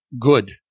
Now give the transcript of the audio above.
good